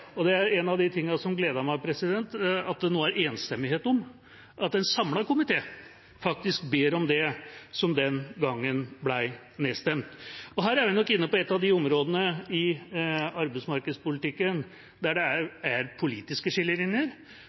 inne på dette. En av de tingene som gleder meg, er at det nå er enstemmighet – en samlet komité ber faktisk om det som den gangen ble nedstemt. Her er vi inne på et av de områdene i arbeidsmarkedspolitikken der det er politiske